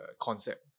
concept